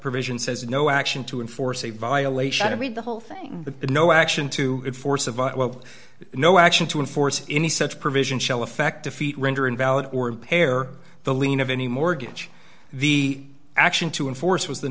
provision says no action to enforce a violation of read the whole thing but no action to enforce a vile no action to enforce any such provision shall effect defeat render invalid or impair the lien of any mortgage the action to enforce was the